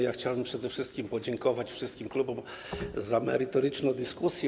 Ja chciałem przede wszystkim podziękować wszystkim klubom za merytoryczną dyskusję.